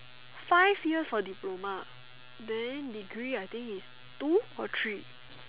five years for diploma then degree is I think is two or three